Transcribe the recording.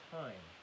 time